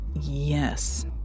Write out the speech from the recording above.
Yes